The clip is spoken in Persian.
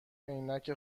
عینک